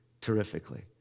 terrifically